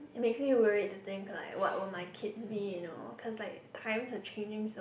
it makes me worried to think like what will my kids be you know cause like times are changing so